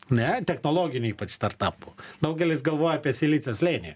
ne technologinių ypač startapų daugelis galvoja apie silicio slėnį